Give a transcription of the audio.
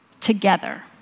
together